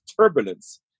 turbulence